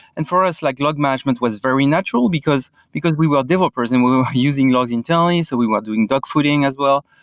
and for us, like log management was very natural, because because we were developers and we're using logs internally. so we were doing dogfooding as well,